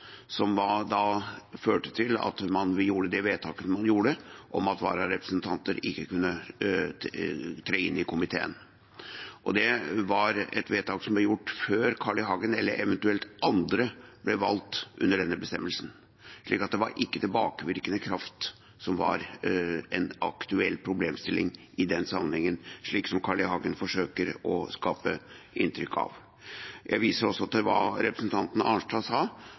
som førte til at man gjorde det vedtaket man gjorde, om at vararepresentanter ikke kunne tre inn i komiteen. Det var et vedtak som ble gjort før Carl I. Hagen eller eventuelt andre ble valgt under denne bestemmelsen, så tilbakevirkende kraft var ikke en aktuell problemstilling i den sammenhengen, slik Carl I. Hagen forsøker å skape inntrykk av. Jeg viser også til hva representanten Arnstad sa.